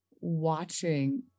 watching